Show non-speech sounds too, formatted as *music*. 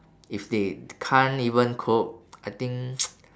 if they can't even cope *noise* I think *noise*